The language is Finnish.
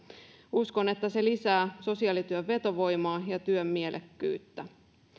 uskon että se lisää sosiaalityön vetovoimaa ja työn mielekkyyttä